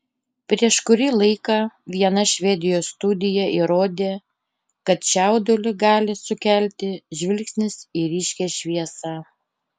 prieš kurį laiką viena švedijos studija įrodė kad čiaudulį gali sukelti žvilgsnis į ryškią šviesą